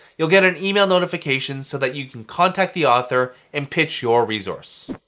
you'll get an email notification so that you can contact the author and pitch your resource.